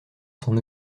son